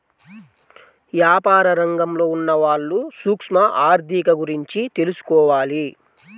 యాపార రంగంలో ఉన్నవాళ్ళు సూక్ష్మ ఆర్ధిక గురించి తెలుసుకోవాలి